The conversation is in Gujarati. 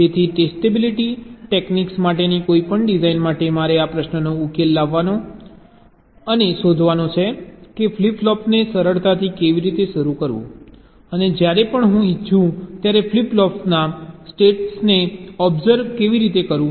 તેથી ટેસ્ટેબિલિટી ટેક્નિક માટેની કોઈપણ ડિઝાઇન માટે મારે આ પ્રશ્નનો ઉકેલ લાવવાનો અને શોધવાનો છે કે ફ્લિપ ફ્લોપને સરળતાથી કેવી રીતે શરૂ કરવું અને જ્યારે પણ હું ઇચ્છું ત્યારે ફ્લિપ ફ્લોપના સ્ટેટને ઓબ્સર્વ કેવી રીતે કરવું